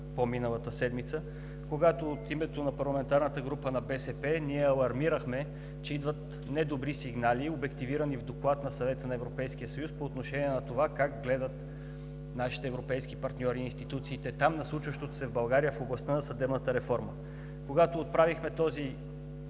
в тази сграда, когато от името на парламентарната група на БСП алармирахме, че идват недобри сигнали, обективирани в доклад на Съвета на Европейския съюз по отношение на това как нашите европейски партньори и институциите там гледат на случващото се в България в областта на съдебната реформа. Когато отправихме този